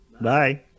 Bye